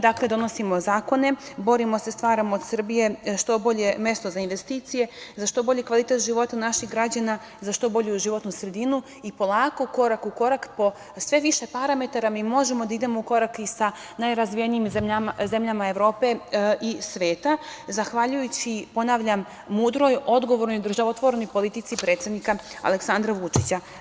Dakle, mi donosimo zakone, borimo se i stvaramo od Srbije što bolje mesto za investicije, za što bolji kvalitet života naših građana, za što bolju životnu sredinu i polako, korak u korak, po sve više parametara mi možemo da idemo u korak i sa najrazvijenijim zemljama Evrope i sveta, zahvaljujući, ponavljam, mudroj, odgovornoj, državotvornoj politici predsednika Aleksandra Vučića.